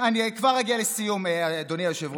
אני כבר אגיע לסיום, אדוני היושב-ראש.